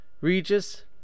Regis